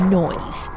noise